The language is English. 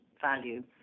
value